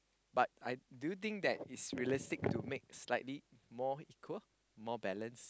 but I do you think that it's realistic to make slightly more equal more balanced